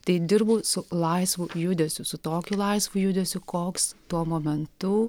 tai dirbu su laisvu judesiu su tokiu laisvu judesiu koks tuo momentu